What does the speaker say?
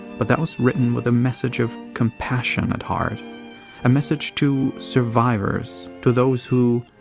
but that was written with a message of compassion at heart a message to survivors, to those who,